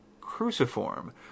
cruciform